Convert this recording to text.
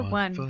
one